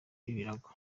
ibirago